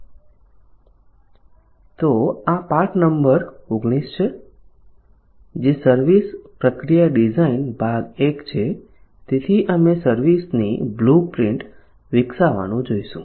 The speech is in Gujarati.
તો આ પાઠ નંબર 19 છે જે સર્વિસ પ્રક્રિયા ડિઝાઇન ભાગ 1 છે તેથી અમે સર્વિસ ની બ્લુપ્રિન્ટ વિકસાવવાનું જોઈશું